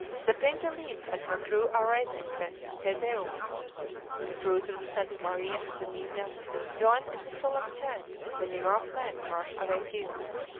the pinta leads and her crew are raising the te deum the crews of the santa maria and the nina join in the solemn chant and many rough men brush away tears.